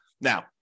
Now